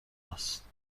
است